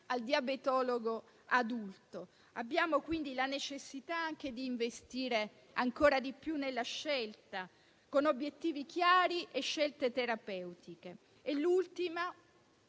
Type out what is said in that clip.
al diabetologo dell'adulto. Abbiamo quindi la necessità di investire ancora di più nella scelta, con obiettivi chiari e scelte terapeutiche. L'ultima